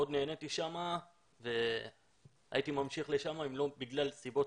מאוד נהניתי שם והייתי ממשיך שם, לולא סיבות